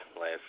last